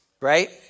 Right